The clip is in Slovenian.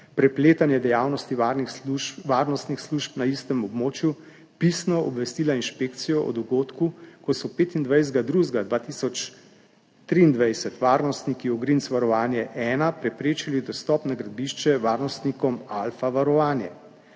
prepletanje dejavnosti varnostnih služb na istem območju, pisno obvestila inšpekcijo o dogodku, ko so 25. 2. 2023 varnostniki OGRINC VAROVANJA 1 preprečili dostop na gradbišče varnostnikom Alfa varovanja.